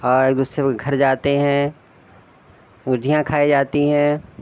اور ایک دوسرے کے گھر جاتے ہیں گجیاں کھائی جاتی ہیں